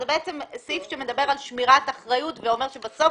זה בעצם סעיף שמדבר על שמירת אחריות ואומר שבסוף